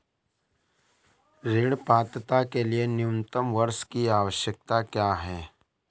ऋण पात्रता के लिए न्यूनतम वर्ष की आवश्यकता क्या है?